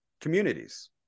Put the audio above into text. communities